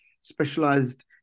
specialized